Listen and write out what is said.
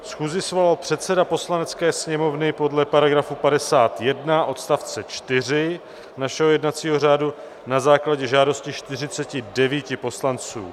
Schůzi svolal předseda Poslanecké sněmovny podle § 91 odst. 4 našeho jednacího řádu na základě žádosti 49 poslanců.